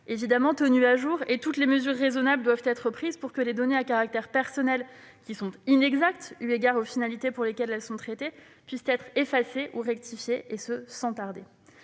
évidemment, et tenues à jour. Toutes les mesures raisonnables doivent être prises pour que les données à caractère personnel inexactes, eu égard aux finalités pour lesquelles elles sont traitées, puissent être effacées ou rectifiées, et ce sans tarder.